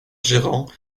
gérant